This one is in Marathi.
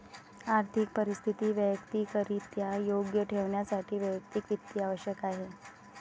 आर्थिक परिस्थिती वैयक्तिकरित्या योग्य ठेवण्यासाठी वैयक्तिक वित्त आवश्यक आहे